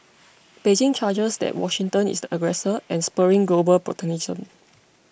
Beijing charges that Washington is the aggressor and spurring global protectionism